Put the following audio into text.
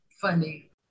funny